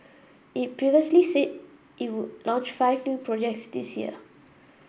it previously said it would launch five new projects this year